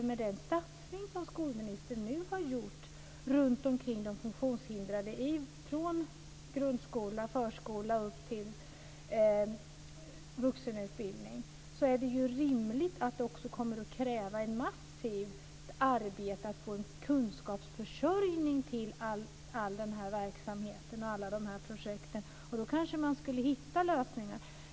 Efter den satsning som skolministern nu har gjort när det gäller de funktionshindrade - från förskola och grundskola till vuxenutbildning - är det rimligt att det också kommer att krävas ett massivt arbete för att få en kunskapsförsörjning till hela denna verksamhet och till alla projekt. Det kanske går att hitta lösningar.